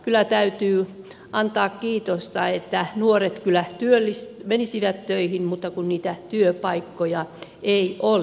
kyllä täytyy antaa kiitosta että nuoret kyllä menisivät töihin mutta kun niitä työpaikkoja ei ole